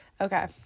Okay